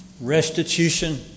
restitution